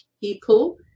people